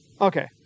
Okay